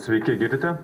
sveiki girdite